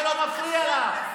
זה לא מפריע לך?